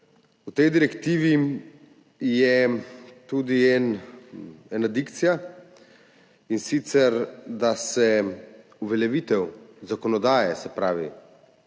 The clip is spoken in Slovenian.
v tej direktivi tudi ena dikcija, da se uveljavitev zakonodaje, se pravi